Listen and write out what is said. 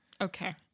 Okay